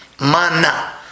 Mana